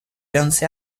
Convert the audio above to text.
lancé